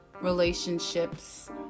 relationships